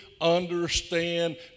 understand